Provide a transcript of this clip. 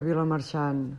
vilamarxant